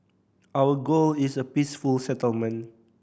our goal is a peaceful settlement